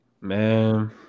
Man